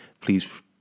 please